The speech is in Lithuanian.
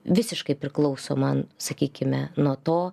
visiškai priklauso man sakykime nuo to